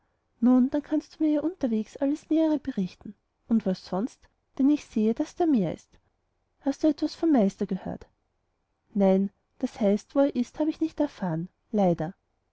nun dann kannst du mir ja unterwegs alles nähere berichten und was sonst denn ich sehe daß mehr da ist hast du etwas vom meister gehört nein das heißt wo er ist hab ich nicht erfahren leider